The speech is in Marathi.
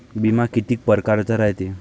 बिमा कितीक परकारचा रायते?